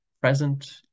present